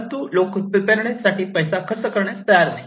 परंतु लोक प्रीपेडनेस साठी पैसा खर्च करण्यास तयार नाही